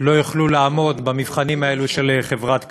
לא יוכלו לעמוד במבחנים האלה של חברת "כלל".